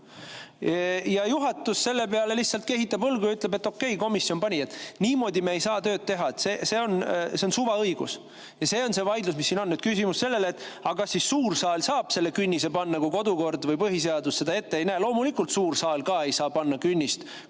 kehitab selle peale lihtsalt õlgu ja ütleb, et okei, komisjon pani. Niimoodi me ei saa tööd teha, see on suvaõigus. See on see vaidlus, mis meil siin on. Nüüd on küsimus selles, kas suur saal saab selle künnise panna, kui kodukord või põhiseadus seda ette ei näe. Loomulikult ka suur saal ei saa panna künnist,